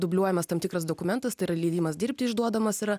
dubliuojamas tam tikras dokumentas tai yra leidimas dirbti išduodamas yra